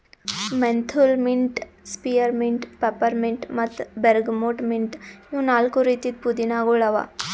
menthol mint, spearmint, peppermint ಮತ್ತ bergamot mint ಇವು ನಾಲ್ಕು ರೀತಿದ್ ಪುದೀನಾಗೊಳ್ ಅವಾ